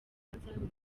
porogaramu